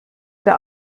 der